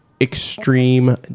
extreme